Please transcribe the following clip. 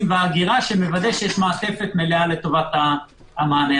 וההגירה שמוודא שיש מעטפת מלאה לטובת זה.